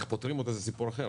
איך פותרים אותה זה סיפור אחר,